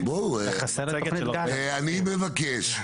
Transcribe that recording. אני מבקש,